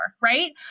right